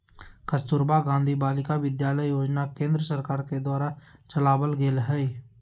कस्तूरबा गांधी बालिका विद्यालय योजना केन्द्र सरकार के द्वारा चलावल गेलय हें